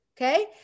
okay